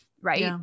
Right